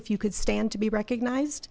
if you could stand to be recognized